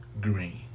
green